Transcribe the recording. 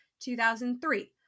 2003